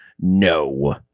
no